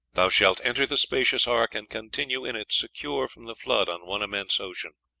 thou shalt enter the spacious ark, and continue in it secure from the flood on one immense ocean.